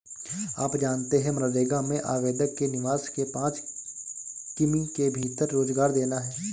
आप जानते है मनरेगा में आवेदक के निवास के पांच किमी के भीतर रोजगार देना है?